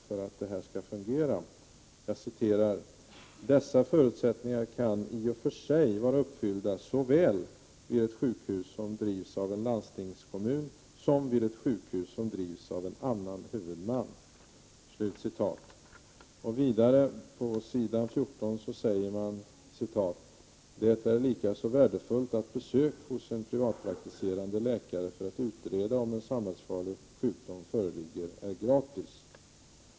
Där sägs: ”Dessa förutsättningar kan i och för sig vara uppfyllda såväl vid ett sjukhus som drivs av en landstingskommun som vid ett sjukhus som drivs av en annan huvudman.” På s. 14 säger utskottet: ”Det är likaså värdefullt att besök hos en privatpraktiserande läkare för att utreda om en samhällsfarlig sjukdom föreligger är gratis.